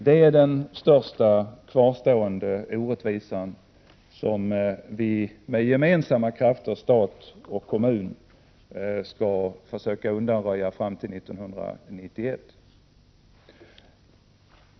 Det är den största kvarstående orättvisan, som vi, stat och kommun, med gemensamma krafter skall försöka undanröja fram till 1991.